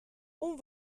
اون